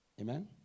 Amen